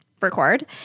record